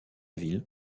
ville